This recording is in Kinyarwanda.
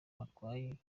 barwaye